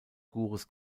gurus